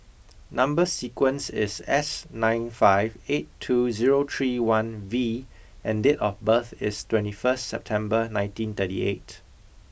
number sequence is S nine five eight two zero three one V and date of birth is twenty first September nineteen thirty eight